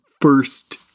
first